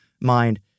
mind